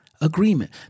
agreement